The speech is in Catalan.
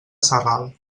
sarral